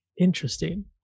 Interesting